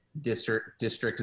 district